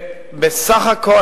בסך הכול,